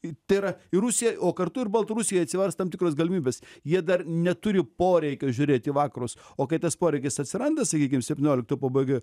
i tai yra į rusiją o kartu ir baltarusijai atsivers tam tikros galimybės jie dar neturi poreikio žiūrėt į vakarus o kai tas poreikis atsiranda sakykim septynioliktų pabaga